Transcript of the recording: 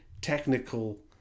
technical